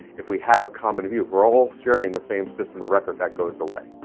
if we have a common view, if we're all, sharing the same system of record, that goes away.